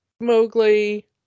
Mowgli